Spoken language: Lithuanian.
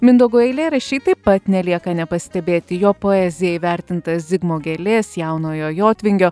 mindaugo eilėraščiai taip pat nelieka nepastebėti jo poezija įvertinta zigmo gėlės jaunojo jotvingio